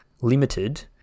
Limited